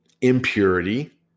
impurity